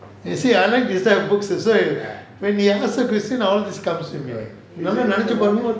you see I like type of books so when they ask a question all these comes to me இதலம் நெனைச்சி பாக்கும் போது:ithalaam nenaichi paakum pothu